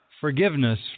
forgiveness